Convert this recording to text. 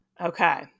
Okay